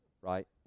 Right